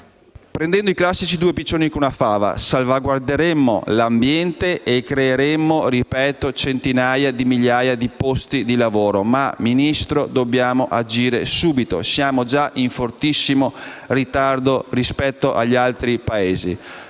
prendendo i classici due piccioni con una fava: salvaguarderemo l'ambiente e creeremo centinaia di migliaia di posti di lavoro. Ministro, dobbiamo però agire subito. Siamo già in fortissimo ritardo rispetto agli altri Paesi.